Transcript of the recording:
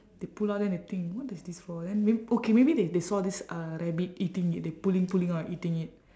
they pull out then they think what is this for then mayb~ okay maybe they they saw this uh rabbit eating it they pulling pulling out and eating it